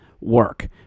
work